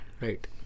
Right